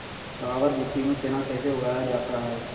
काबर मिट्टी में चना कैसे उगाया जाता है?